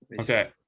Okay